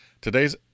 Today's